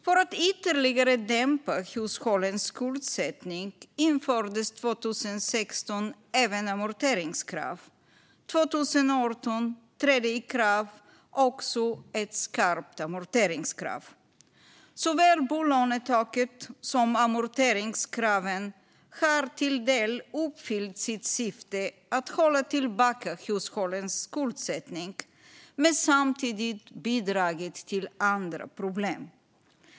För att ytterligare dämpa hushållens skuldsättning infördes även amorteringskrav 2016, och 2018 trädde ett skarpt amorteringskrav i kraft. Såväl bolånetaket som amorteringskraven har till del uppfyllt sitt syfte att hålla tillbaka hushållens skuldsättning, men de har samtidigt bidragit till andra problem.